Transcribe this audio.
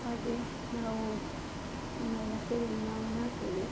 ಹಾಗೆ ನಾವು ನಮ್ಮ ಎಲ್ಲ ಸೇವೆಯನ್ನು ನಾವು ಮಾಡ್ತೇವೆ